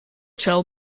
tell